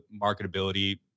marketability